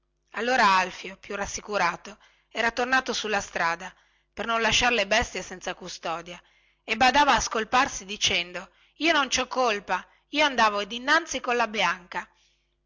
allora alfio più rassicurato era tornato sulla strada per non lasciare le bestie senza custodia e badava a scolparsi dicendo io non ci ho colpa io andavo innanzi colla bianca